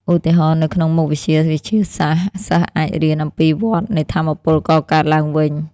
ឧទាហរណ៍ នៅក្នុងមុខវិជ្ជាវិទ្យាសាស្ត្រ សិស្សអាចរៀនអំពីវដ្តនៃថាមពលកកើតឡើងវិញ។